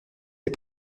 des